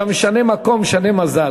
אתה משנה מקום משנה מזל,